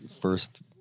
first